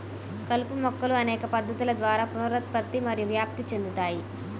కలుపు మొక్కలు అనేక పద్ధతుల ద్వారా పునరుత్పత్తి మరియు వ్యాప్తి చెందుతాయి